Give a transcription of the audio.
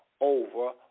over